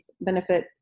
benefit